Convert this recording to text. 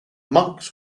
monks